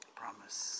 promise